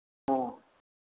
ம்